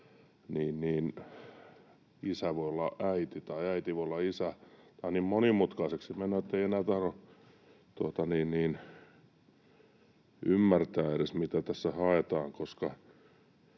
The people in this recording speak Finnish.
jossa isä voi olla äiti tai äiti voi olla isä? Tämä menee niin monimutkaiseksi, ettei enää tahdo edes ymmärtää, mitä tässä haetaan.